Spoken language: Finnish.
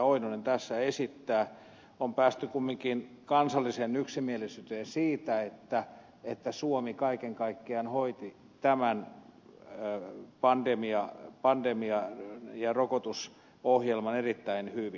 oinonen tässä esittää on päästy kumminkin kansalliseen yksimielisyyteen siitä että suomi kaiken kaikkiaan hoiti tämän pandemia ja rokotusohjelman erittäin hyvin